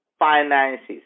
finances